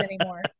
anymore